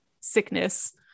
sickness